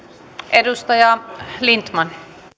edustaja lindtman